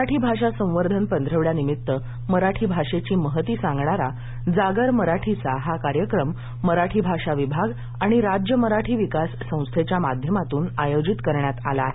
मराठी भाषा संवर्धन पंधरवडा निमित्ताने मराठी भाषेची महती सांगणारा जागर मराठीचा हा कार्यक्रम मराठी भाषा विभाग आणि राज्य मराठी विकास संस्थेच्या माध्यमातून आयोजित करण्यात आला आहे